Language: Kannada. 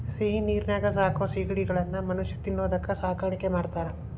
ಸಿಹಿನೇರಿನ್ಯಾಗ ಸಾಕೋ ಸಿಗಡಿಗಳನ್ನ ಮನುಷ್ಯ ತಿನ್ನೋದಕ್ಕ ಸಾಕಾಣಿಕೆ ಮಾಡ್ತಾರಾ